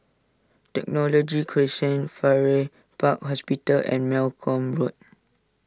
Technology Crescent Farrer Park Hospital and Malcolm Road